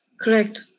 Correct